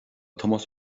tomás